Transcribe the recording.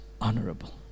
honorable